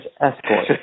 escort